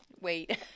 Wait